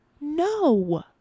no